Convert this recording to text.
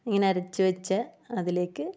ഇങ്ങനെ അരച്ച് വെച്ച അതിലേക്ക്